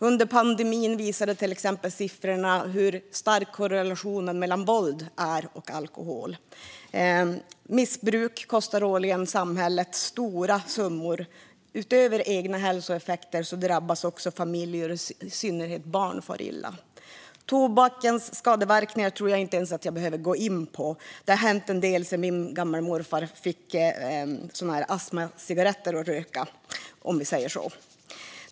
Under pandemin visade siffrorna hur stark korrelationen är mellan våld och alkohol. Missbruk kostar årligen samhället stora summor, och utöver egna hälsoeffekter drabbas också familjer. I synnerhet barn far illa. Tobakens skadeverkningar tror jag inte ens att jag behöver gå in på. Det har hänt en del sedan min gammelmorfar fick astmacigaretter att röka, om vi säger så.